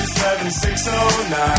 7609